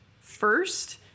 first